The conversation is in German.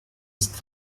ist